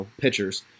pitchers